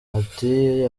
ati